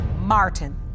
Martin